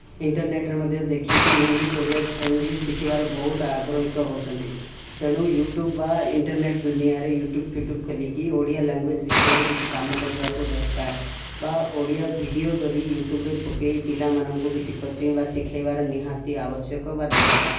ଇଣ୍ଟରନେଟ୍ରେ ମଧ୍ୟ ଦେଖିକି ଇଂଗ୍ଲିଶ୍ ଓଡ଼ିଆ ଇଂଗ୍ଲିଶ୍ ଶିଖିବାରେ ବହୁତ ଆଗ୍ରହିତ ହେଉଛନ୍ତି ତେଣୁ ୟୁ ଟ୍ୟୁବ୍ ବା ଇଣ୍ଟରନେଟ୍ ଦୁନିଆରେ ୟୁଟ୍ୟୁବବ୍ଫ୍ୟୁଟ୍ୟୁବ୍ ଖୋଲିକି ଓଡ଼ିଆ ଲାଙ୍ଗୁଏଜ୍ ବିଷୟରେ କିଛି କାମ କରିବାକୁ ଦରକାର ବା ଓଡ଼ିଆ ଭିଡ଼ିଓ କରି ୟୁ ଟ୍ୟୁବ୍ରେ ପକେଇ ପିଲା ମାନଙ୍କୁ କିଛି କୋଚିଙ୍ଗ୍ ବା ଶିଖେଇବାର ନିହାତି ଆବଶ୍ୟକ ବା ଦରକାର